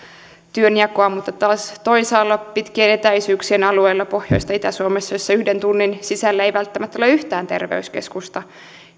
työnjakoa mutta taas toisaalla pitkien etäisyyksien alueilla pohjois tai itä suomessa jossa yhden tunnin matkan sisällä ei välttämättä ole yhtään terveyskeskusta